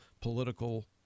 political